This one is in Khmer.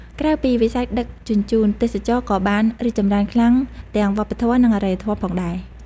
ក្រៅពីវិស័យដឹកជញ្ជូន ទេសចរណ៍ក៏បាន រីកចម្រើនខ្លាំងទាំងវប្បធម៌ និងអរិយធម៌ ផងដែរ។